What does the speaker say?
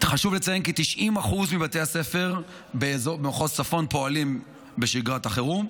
חשוב לציין כי 90% מבתי הספר במחוז צפון פועלים בשגרת החירום.